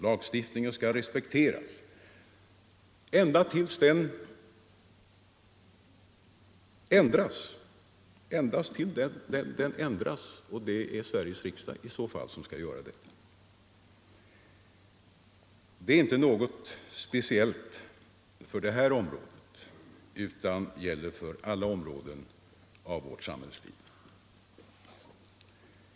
Lagstiftningen skall respekteras ända tills den ändras, och det är i så fall Sveriges riksdag som skall göra det. Det är inte något speciellt för det här området, utan det gäller för alla områden i vårt samhällsliv.